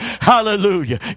hallelujah